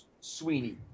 Sweeney